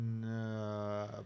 no